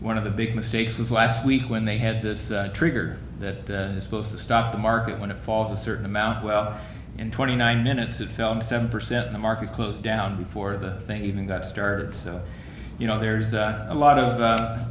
one of the big mistakes was last week when they had this trigger that is supposed to stop the market going to fall a certain amount well in twenty nine minutes it fell seven percent the market closed down before the thing even got started so you know there's a lot of